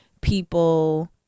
people